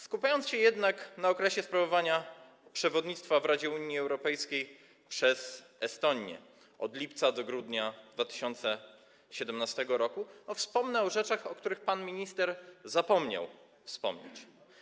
Skupiając się jednak na okresie sprawowania przewodnictwa w Radzie Unii Europejskiej przez Estonię od lipca do grudnia 2017 r., wspomnę o rzeczach, o których pan minister zapomniał wspomnieć.